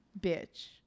bitch